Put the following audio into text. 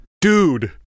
Dude